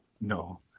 No